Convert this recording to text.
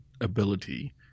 ability